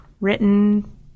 written